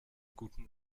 guten